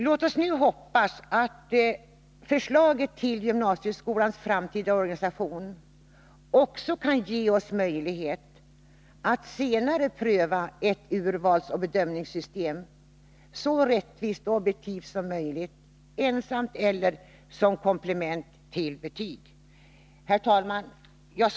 Låt oss nu hoppas att förslaget om gymnasieskolans framtida organisation också kan ge oss möjlighet att senare pröva ett urvalsoch bedömningssystem som är så rättvist och objektivt som möjligt, ensamt eller som komplement till betygen. Herr talman!